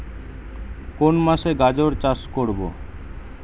কোন মাসে গাজর চাষ করব?